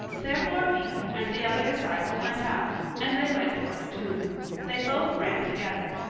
therefore peter and the other disciple went out, and they went toward the tomb. they both ran together.